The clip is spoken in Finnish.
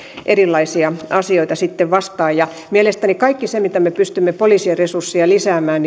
erilaisia asioita sitten vastaan mielestäni kaikki se mitä me pystymme poliisien resursseja lisäämään